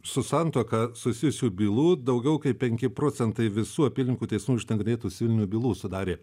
su santuoka susijusių bylų daugiau kaip penki procentai visų apylinkių teismų išnagrinėtų civilinių bylų sudarė